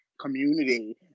community